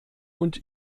und